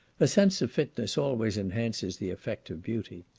a sense of fitness always enhances the effect of beauty.